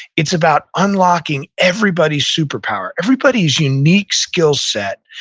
it's about unlocking everybody's superpower, everybody's unique skill set,